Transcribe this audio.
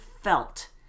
felt